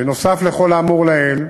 בנוסף לכל האמור לעיל,